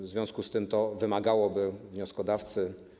W związku z tym wymagałoby wnioskodawcy.